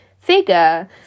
figure